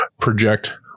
project